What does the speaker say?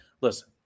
Listen